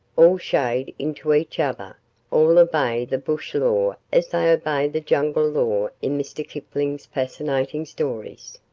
all shade into each other all obey the bush law as they obey the jungle law in mr. kipling's fascinating stories.